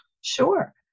Sure